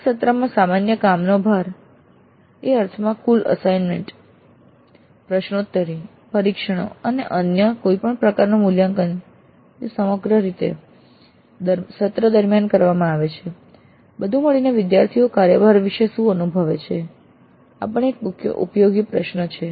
એક સત્રમાં સામાન્ય કામનો ભાર એ અર્થમાં કે કુલ અસાઈન્મેન્ટ પ્રશ્નોત્તરી પરીક્ષણો અને અન્ય કોઈપણ પ્રકારનું મૂલ્યાંકન જે સમગ્ર સત્ર દરમિયાન કરવામાં આવે છે બધું મળીને વિદ્યાર્થીઓ કાર્યભાર વિષે શું અનુભવે છે આ પણ એક ઉપયોગી પ્રશ્ન હોઈ શકે છે